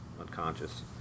unconscious